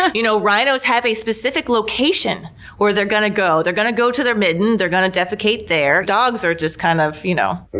ah you know rhinos have a specific location where they're going to go they're going go to their midden, they're going to defecate there. dogs are just kind of, you know.